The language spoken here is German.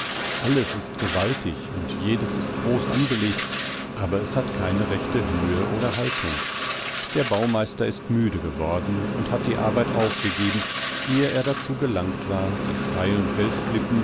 alles ist gewaltig und jedes ist groß angelegt aber es hat keine rechte höhe oder haltung der baumeister ist müde geworden und hat die arbeit aufgegeben ehe er dazu gelangt war die steilen